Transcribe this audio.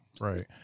right